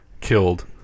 killed